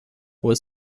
was